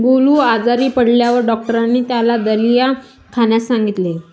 गोलू आजारी पडल्यावर डॉक्टरांनी त्याला दलिया खाण्यास सांगितले